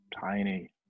tiny